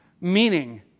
meaning